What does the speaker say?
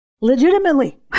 legitimately